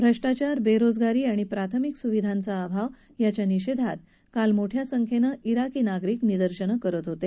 भ्रष्टाचार बेरोजगारी आणि प्राथमिक सुविधांचा अभाव याच्या निषेधात काल मोठया संख्येनं िर्ञाकी नागरीक निदर्शनं करत होते